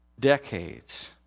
Decades